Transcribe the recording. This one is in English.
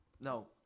No